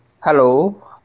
Hello